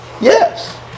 yes